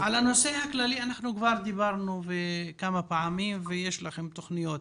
על הנושא הכללי כבר דיברנו כמה פעמים ויש לכם תוכניות,